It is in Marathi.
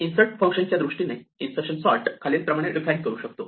इन्सर्ट फंक्शनच्या दृष्टीने इन्सर्शन सॉर्ट खालीलप्रमाणे डीफाइन करू शकतो